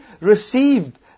received